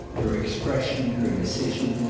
her expression, her decision,